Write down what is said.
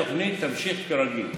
התוכנית תמשיך כרגיל.